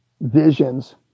visions